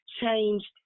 changed